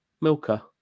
Milka